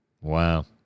Wow